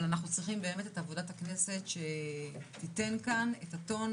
אבל אנחנו צריכים באמת את עבודת הכנסת שתיתן כאן את הטון,